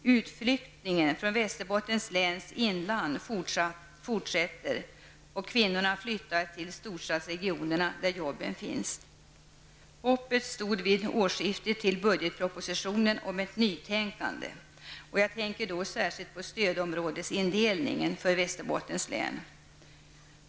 Utflyttningen från Västerbottens läns inland fortsätter. Kvinnorna flyttar till storstadsregionerna, där arbetstillfällena finns. Hoppet om ett nytänkande stod vid årsskiftet till budgetpropositionen. Jag tänker då särskilt på stödområdesindelningen för Västerbottens län.